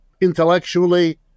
intellectually